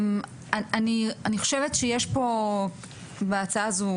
אני חושבת שיש פה בהצעה הזו,